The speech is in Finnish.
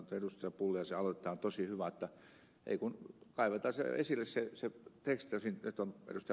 pulliaisen aloite on tosi hyvä ei kun kaivetaan esille se teksti tosin nyt on ed